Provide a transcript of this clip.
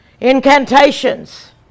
Incantations